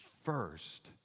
first